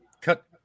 cut